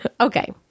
Okay